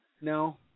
No